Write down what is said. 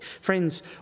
friends